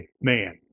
man